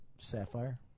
Sapphire